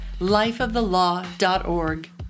lifeofthelaw.org